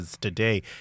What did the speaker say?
today